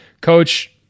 Coach